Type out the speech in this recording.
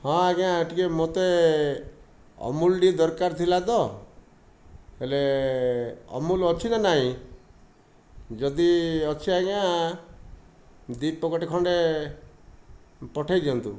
ହଁ ଆଜ୍ଞା ଟିକିଏ ମୋତେ ଅମୁଲ ଟିକିଏ ଦରକାର ଥିଲା ତ ହେଲେ ଅମୁଲ ଅଛି ନା ନାହିଁ ଯଦି ଅଛି ଆଜ୍ଞା ଦୁଇ ପ୍ୟାକେଟ ଖଣ୍ଡେ ପଠେଇଦିଅନ୍ତୁ